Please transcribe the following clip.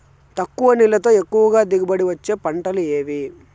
తక్కువ నీళ్లతో ఎక్కువగా దిగుబడి ఇచ్చే పంటలు ఏవి?